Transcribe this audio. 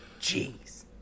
Jeez